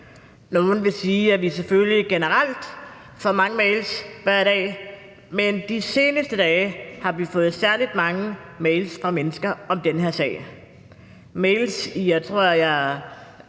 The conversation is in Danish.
Nogle vil sige, at vi selvfølgelig generelt får mange mails hver dag, men de seneste dage har vi fået særlig mange mails fra mennesker om den her sag